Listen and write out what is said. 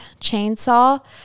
chainsaw